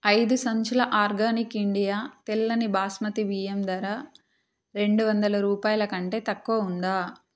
ఐదు సంచుల Organic India తెల్లని బాస్మతి బియ్యం ధర రెండు వందల రూపాయలకంటే తక్కువ ఉందా